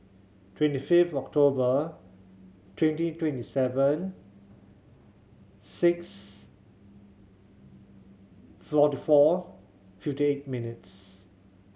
twenty five October twenty twenty seven six forty four fifty eight minutes